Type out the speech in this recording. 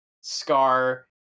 scar